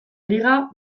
liga